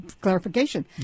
clarification